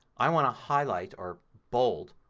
i'm want to highlight, or bold,